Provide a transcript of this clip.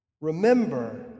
Remember